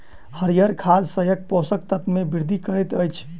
हरीयर खाद शस्यक पोषक तत्व मे वृद्धि करैत अछि